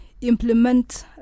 implement